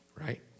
Right